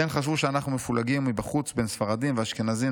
הן חשבו שאנחנו מפולגים מבחוץ בין ספרדים ואשכנזים,